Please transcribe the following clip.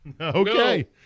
Okay